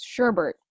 sherbert